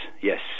yes